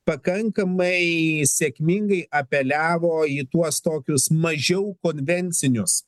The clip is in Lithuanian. pakankamai sėkmingai apeliavo į tuos tokius mažiau konvencinius